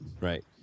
Right